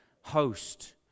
host